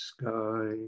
sky